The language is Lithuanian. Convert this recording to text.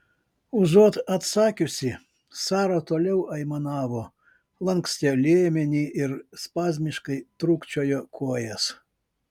užuot atsakiusi sara toliau aimanavo lankstė liemenį ir spazmiškai trūkčiojo kojas